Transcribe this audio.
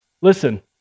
Listen